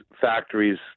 factories